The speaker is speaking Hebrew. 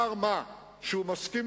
ישראל, איך קמה הממשלה הזאת,